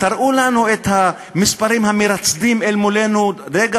תראו לנו את המספרים המרצדים אל מולנו רגע